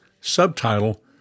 Subtitle